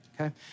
okay